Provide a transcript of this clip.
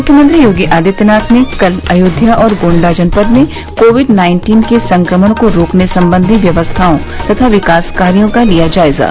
मुख्यमंत्री योगी आदित्यनाथ ने कल अयोध्या और गोण्डा जनपद में कोविड नाइन्टीन के संक्रमण को रोकने संबंधी व्यवस्थाओं तथा विकास कार्यो का लिया जायजा